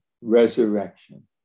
resurrection